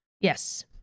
Yes